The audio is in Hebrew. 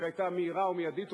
שהיתה מהירה ומיידית.